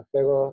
Pero